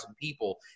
people